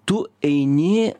tu eini